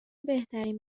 بهترین